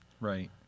Right